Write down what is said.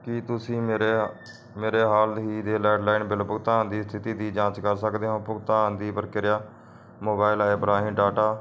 ਕੀ ਤੁਸੀਂ ਮੇਰੇ ਹ ਮੇਰੇ ਹਾਲ ਹੀ ਦੇ ਲੈਂਡਲਾਈਨ ਬਿੱਲ ਭੁਗਤਾਨ ਦੀ ਸਥਿਤੀ ਦੀ ਜਾਂਚ ਕਰ ਸਕਦੇ ਹੋ ਭੁਗਤਾਨ ਦੀ ਪ੍ਰਕਿਰਿਆ ਮੋਬਾਈਲ ਐਪ ਰਾਹੀਂ ਡਾਟਾ